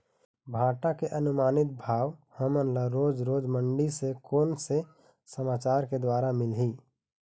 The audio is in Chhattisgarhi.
भांटा के अनुमानित भाव हमन ला रोज रोज मंडी से कोन से समाचार के द्वारा मिलही?